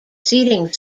seating